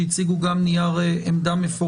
שגם הגישו נייר עמדה מפורט.